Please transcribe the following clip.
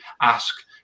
ask